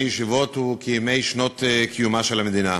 ישיבות הוא כימי שנות קיומה של המדינה.